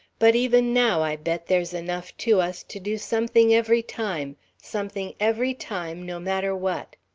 but even now, i bet there's enough to us to do something every time something every time, no matter what.